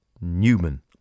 Newman